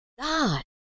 God